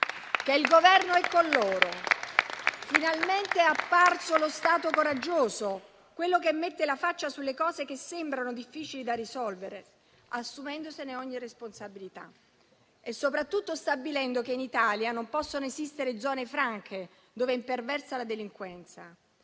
che il Governo è con loro. Finalmente è apparso lo Stato coraggioso, quello che mette la faccia sulle cose che sembrano difficili da risolvere, assumendosene ogni responsabilità e soprattutto stabilendo che in Italia non possono esistere zone franche dove imperversa la delinquenza.